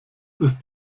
ist